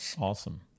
Awesome